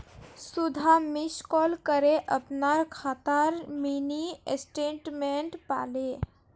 सुधा miss call करे अपनार खातार मिनी स्टेटमेंट पाले